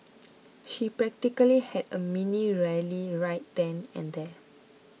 she practically had a mini rally right then and there